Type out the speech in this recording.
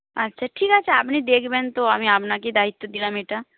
আচ্ছা ঠিক আছে আপনি দেখবেন তো আমি আপনাকেই দায়িত্ব দিলাম এটা